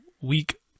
week